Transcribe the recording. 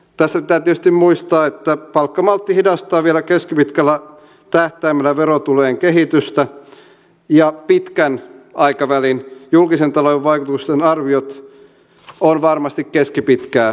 tässä pitää tietysti muistaa että palkkamaltti hidastaa vielä keskipitkällä tähtäimellä verotulojen kehitystä ja pitkän aikavälin julkisen talouden vaikutusten arviot ovat varmasti keskipitkää paremmat